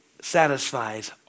satisfies